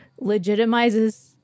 legitimizes